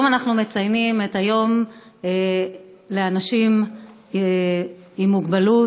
היום אנחנו מציינים את היום לאנשים עם מוגבלות.